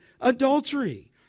adultery